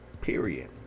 Period